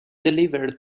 delivered